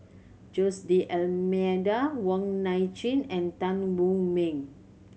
Jose D'Almeida Wong Nai Chin and Tan Wu Meng